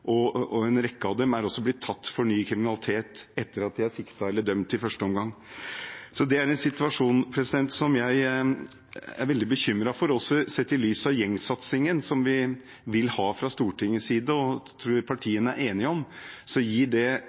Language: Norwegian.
En rekke av dem er også blitt tatt for ny kriminalitet etter at de er siktet eller dømt i første omgang. Det er en situasjon som jeg er veldig bekymret for. Sett i lys av gjengsatsingen som vi vil ha fra Stortingets side, som jeg tror partiene er enige om, og når det